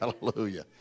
Hallelujah